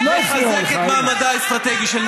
אנחנו גם במאבק בין-לאומי חשוב,